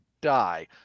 die